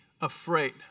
afraid